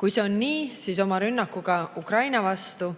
Kui see on nii, siis oma rünnakuga Ukraina vastu